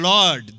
Lord